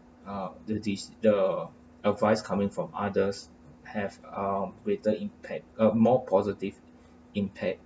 ah the des~ the advice coming from others have a greater impact uh more positive impact